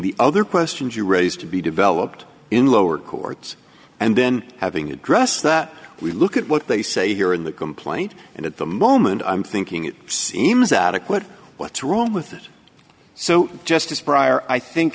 the other questions you raised to be developed in lower courts and then having addressed that we look at what they say here in the complaint and at the moment i'm thinking it seems out of what what's wrong with it so just as prior i think